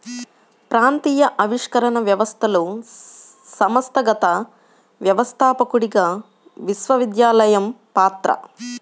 ప్రాంతీయ ఆవిష్కరణ వ్యవస్థలో సంస్థాగత వ్యవస్థాపకుడిగా విశ్వవిద్యాలయం పాత్ర